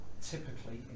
typically